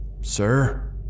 sir